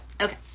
okay